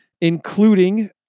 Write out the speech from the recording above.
including